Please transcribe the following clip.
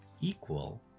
equal